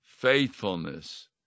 Faithfulness